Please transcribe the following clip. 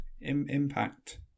impact